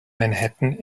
manhattan